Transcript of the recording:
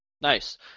Nice